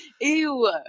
Ew